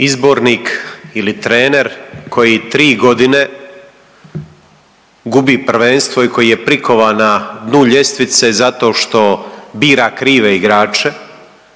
Izbornik ili trener koji tri godine gubi prvenstvo i koji je prikovan na dnu ljestvice zato što bira krive igrače